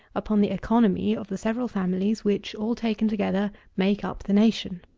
upon the economy of the several families, which, all taken together, make up the nation.